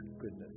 goodness